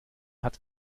hat